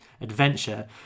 adventure